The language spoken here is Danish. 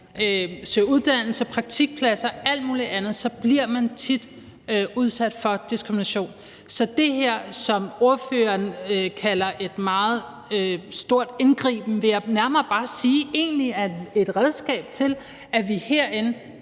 søger uddannelse, praktikplads og alt muligt andet, bliver man tit udsat for diskrimination. Så det, som spørgeren kalder et meget stort indgreb, vil jeg nærmere egentlig bare sige er et redskab til, at vi herinde